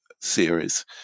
series